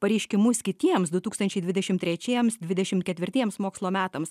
pareiškimus kitiems du tūkstančiai dvidešim trečiems dvidešim ketvirtiems mokslo metams